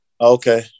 okay